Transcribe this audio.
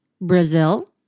Brazil